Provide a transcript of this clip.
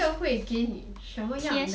社会给你什么样的